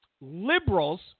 liberals